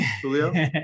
Julio